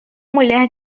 mulher